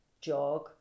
jog